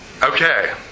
Okay